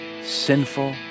sinful